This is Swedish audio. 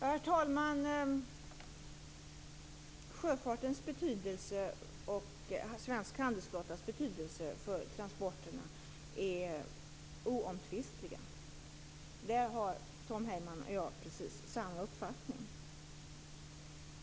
Herr talman! Sjöfartens och svenska handelflottans betydelse för transporterna är oomtvistlig. Där har Tom Heyman och jag precis samma uppfattning.